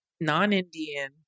non-Indian